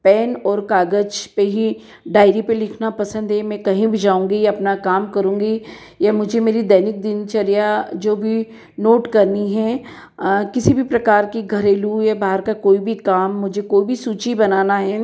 pen और कागज पे ही डायरी पे लिखना पसंद है मैं कहीं भी जाऊँगी अपना काम करूंगी या मुझे मेरी दैनिक दिनचर्या जो भी नोट करनी है किसी भी प्रकार की घरेलू या बाहर काम मुझे कोई भी सूची बनाना है